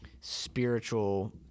spiritual